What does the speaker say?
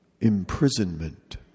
imprisonment